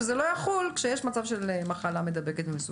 שזה לא יחול כשיש מצב של מחלה מידבקת ומסוכנת,